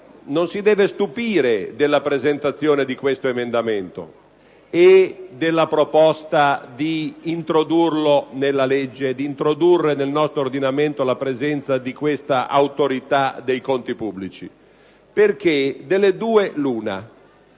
non si deve stupire della presentazione di questo emendamento e della proposta di introdurre nel nostro ordinamento la presenza di questa Autorità dei conti pubblici. Infatti, delle due l'una: